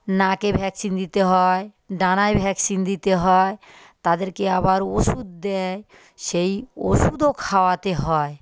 নাকে ভ্যাকসিন দিতে হয় ডানায় ভ্যাকসিন দিতে হয় তাদেরকে আবার ওষুদ দেয় সেই ওষুদও খাওয়াতে হয়